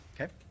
Okay